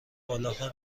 بالاها